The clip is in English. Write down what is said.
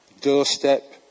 doorstep